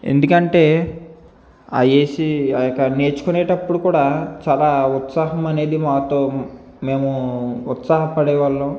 ఎందుకంటే ఆ వేసీ ఆ యొక్క నేర్చుకునేటప్పుడు కూడా చాలా ఉత్సాహమనేది మాతో మేము ఉత్సాహ పడేవాళ్ళం